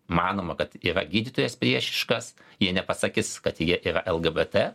manoma kad yra gydytojas priešiškas jie nepasakys kad jie yra lgbt